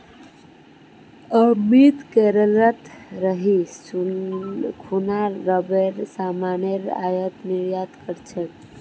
अमित केरलत रही खूना रबरेर सामानेर आयात निर्यात कर छेक